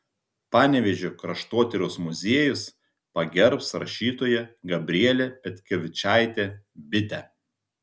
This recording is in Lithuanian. panevėžio kraštotyros muziejus pagerbs rašytoją gabrielę petkevičaitę bitę